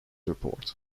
report